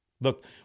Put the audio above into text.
Look